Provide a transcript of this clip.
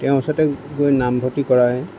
তেওঁৰ ওচৰতে গৈ নামভৰ্তি কৰাই